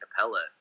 Capella